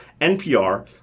NPR